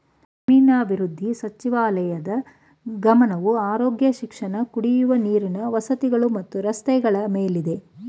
ಗ್ರಾಮೀಣಾಭಿವೃದ್ಧಿ ಸಚಿವಾಲಯದ್ ಗಮನವು ಆರೋಗ್ಯ ಶಿಕ್ಷಣ ಕುಡಿಯುವ ನೀರು ವಸತಿಗಳು ಮತ್ತು ರಸ್ತೆಗಳ ಮೇಲಿದೆ